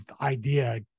idea